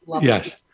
Yes